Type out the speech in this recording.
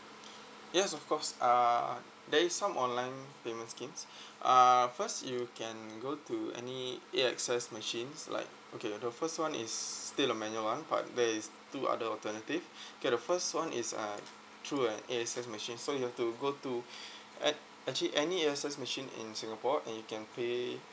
yes of course uh there is some online payment schemes uh first you can go to any A_X_S machines like okay the first one is still the manual one but there is two other alternative okay the first one is uh through an A_X_S machine so you'll have to go to actually any A_X_S machine in singapore and you can pay